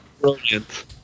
Brilliant